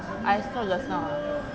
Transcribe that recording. I saw just now ah